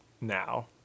now